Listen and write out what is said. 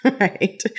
right